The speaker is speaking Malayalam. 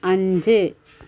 അഞ്ച്